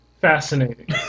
Fascinating